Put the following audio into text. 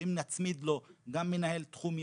שאם נצמיד לו גם מנהל תחום ייעודי,